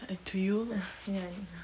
uh to you